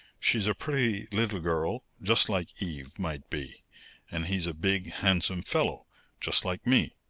she's a pretty little girl just like eve might be and he's a big, handsome fellow just like me.